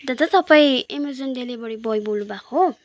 दादा तपाईँ Amazon delivery boy बोल्नु भएको